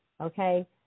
okay